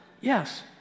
Yes